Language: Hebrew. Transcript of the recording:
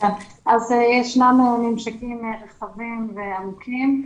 יש ממשקים רחבים ועמוקים.